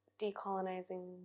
decolonizing